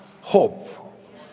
hope